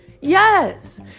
Yes